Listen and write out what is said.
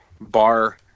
bar